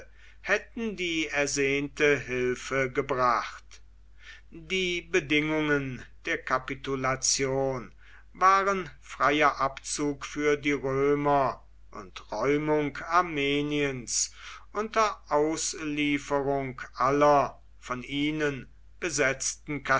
hätten die ersehnte hilfe gebracht die bedingungen der kapitulation waren freier abzug für die römer und räumung armeniens unter auslieferung aller von ihnen besetzten